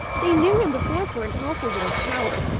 they knew him before for an awful little coward,